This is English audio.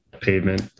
pavement